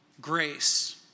grace